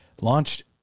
Launched